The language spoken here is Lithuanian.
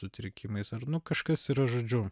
sutrikimais ar nu kažkas yra žodžiu